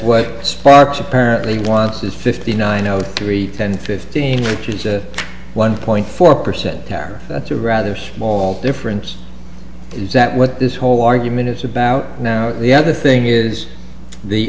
what sparks apparently wants is fifty nine zero three ten fifteen which is a one point four percent tariff that's a rather small difference is that what this whole argument is about now the other thing is the